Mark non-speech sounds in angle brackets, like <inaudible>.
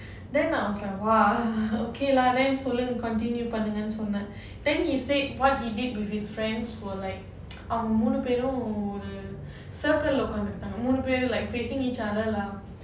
then I was like !wah! <laughs> okay lah then சொல்லுங்க:sollunga continue பண்ணுங்க னு சொன்ன:pannunga sonna then he said what he did with his friends were like அவங்க மூணு பேரு ஒரு:avanga moonu peru oru circle குள் உக்காந்துகிட்டு இருந்தாங்க மூணு பேரு:ukkaanthukittu irundhaanga moonu peru like facing each other lah